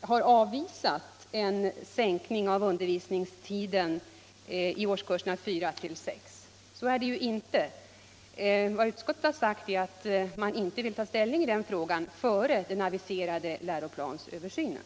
har avvisat en sänkning av undervisningstiden — Mm.m. i årskurserna 4—6. Så är det ju inte. Vad utskottet sagt är att man inte vill ta ställning i den frågan före den aviserade läroplansöversynen.